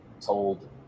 told